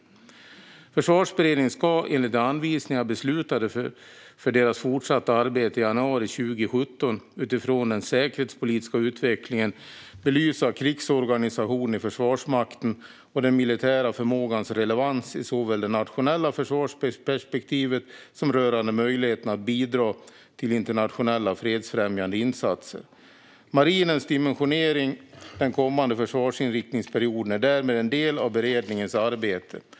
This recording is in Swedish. Försvarsberedningen ska, enligt de anvisningar för deras fortsatta arbete som jag beslutade om i januari 2017, utifrån den säkerhetspolitiska utvecklingen belysa krigsorganisationen i Försvarsmakten och den militära förmågans relevans när det gäller såväl det nationella försvarsperspektivet som möjligheten att bidra till internationella fredsfrämjande insatser. Marinens dimensionering den kommande försvarsinriktningsperioden är därmed en del av beredningens arbete.